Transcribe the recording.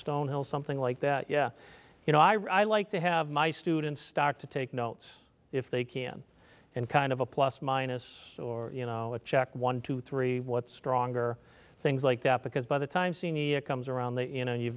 stonehill something like that yeah you know i write i like to have my students start to take notes if they can and kind of a plus minus or you know a check one two three what stronger things like that because by the time senior year comes around they you know you've